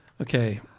Okay